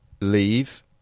leave